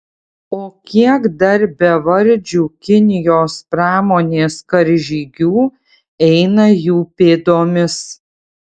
o kiek dar bevardžių kinijos pramonės karžygių eina jų pėdomis